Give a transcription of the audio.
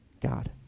God